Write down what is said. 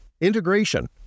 Integration